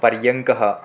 पर्यङ्कः